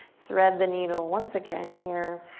thread the needle once again here.